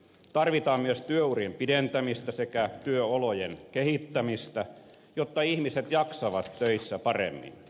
tarvitaan myös työurien pidentämistä sekä työolojen kehittämistä jotta ihmiset jaksavat töissä paremmin